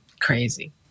crazy